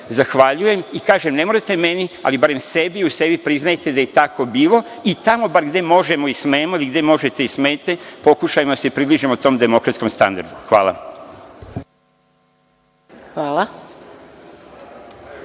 zahvaljujem i kažem, ne morate meni, ali barem u sebi priznajte da je tako bilo i tamo bar gde možemo i smemo i gde možete i smete, pokušajmo da se približimo tom demokratskom standardu. Hvala. **Maja